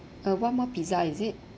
uh one more pizza is it